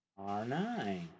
R9